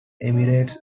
emirates